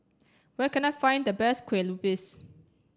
where can I find the best Kue Lupis